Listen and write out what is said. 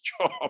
job